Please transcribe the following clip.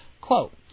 quote